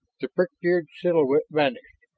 the prick-eared silhouette vanished.